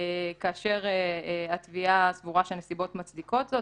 כאשר התביעה סבורה שהנסיבות מצדיקות זאת,